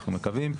אנחנו מקווים,